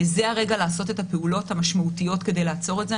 זה הרגע לעשות את הפעולות המשמעותיות כדי לעצור את זה.